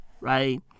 right